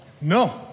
no